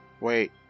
Wait